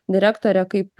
direktorė kaip